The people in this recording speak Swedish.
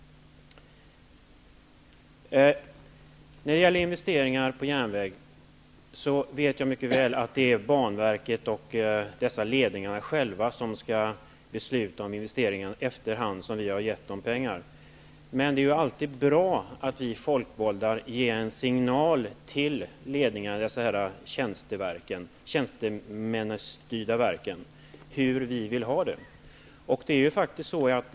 När det gäller investeringar i järnväg vet jag mycket väl att det är banverket och ledningarna själva som skall besluta om dem efter hand som vi ger dem pengar. Men det är alltid bra att vi folkvalda ger en signal till ledningarna för dessa tjänstemannastyrda verk om hur vi vill ha det.